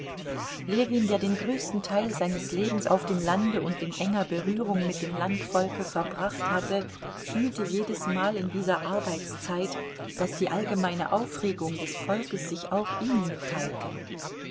ljewin der den größten teil seines lebens auf dem lande und in enger berührung mit dem landvolke verbracht hatte fühlte jedesmal in dieser arbeitszeit daß die allgemeine aufregung des volkes sich auch ihm mitteilte